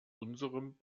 unserem